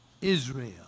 Israel